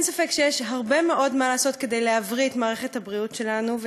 אין ספק שיש הרבה מאוד מה לעשות כדי להבריא את מערכת הבריאות שלנו,